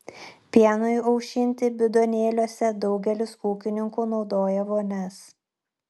pienui aušinti bidonėliuose daugelis ūkininkų naudoja vonias